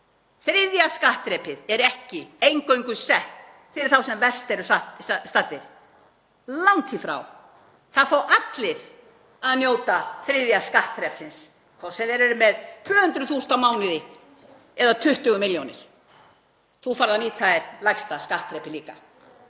Þriðja skattþrepið er ekki eingöngu sett fyrir þá sem verst eru staddir, langt því frá. Það fá allir að njóta þriðja skattþrepsins, hvort sem þeir eru með 200.000 á mánuði eða 20 milljónir. Þú færð að nýta þér lægsta skattþrepið líka.